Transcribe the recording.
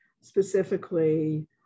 specifically